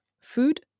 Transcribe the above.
food